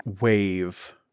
wave